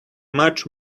much